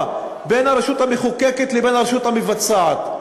בין הרשות המחוקקת לבין הרשות המבצעת,